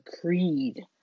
creed